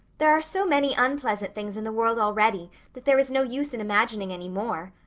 there are so many unpleasant things in the world already that there is no use in imagining any more.